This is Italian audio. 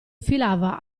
filava